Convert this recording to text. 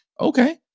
Okay